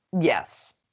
Yes